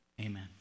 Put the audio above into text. amen